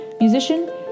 musician